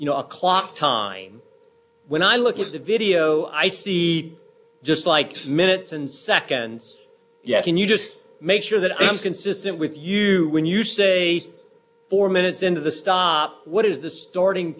you know a clock time when i look at the video i see just like minutes and seconds yet can you just make sure that i'm consistent with you when you see four minutes into the stop what is the starting